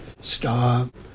stop